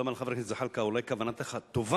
לתשומת לב